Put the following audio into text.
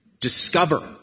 discover